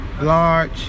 large